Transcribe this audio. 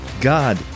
God